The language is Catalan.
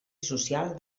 social